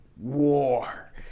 War